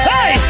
Hey